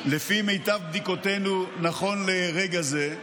לפי מיטב בדיקותינו, נכון לרגע זה,